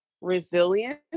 resilience